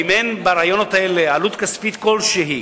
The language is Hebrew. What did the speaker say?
ואם אין ברעיונות האלה עלות כספית כלשהי,